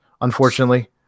Unfortunately